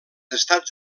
estats